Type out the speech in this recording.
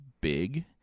big